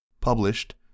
Published